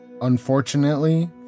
Unfortunately